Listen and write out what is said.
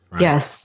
Yes